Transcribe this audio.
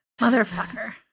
Motherfucker